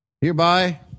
Hereby